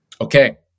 Okay